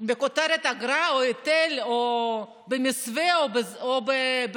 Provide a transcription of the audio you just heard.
בכותרת של אגרה או היטל במתווה או במסווה או בגלוי.